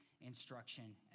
instruction